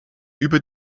über